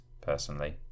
personally